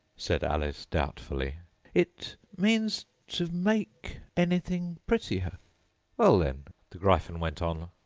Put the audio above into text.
said alice doubtfully it means to make anything prettier well, then the gryphon went on,